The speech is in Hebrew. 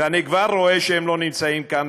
ואני כבר רואה שהם לא נמצאים כאן,